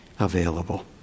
available